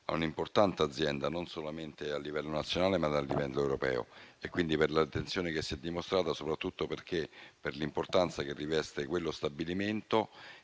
a un'importante azienda non solamente a livello nazionale, ma a livello europeo, e quindi per l'attenzione che si è dimostrata soprattutto per l'importanza che riveste quello stabilimento